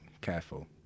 careful